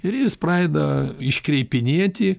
ir jis pradeda iškreipinėti